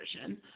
version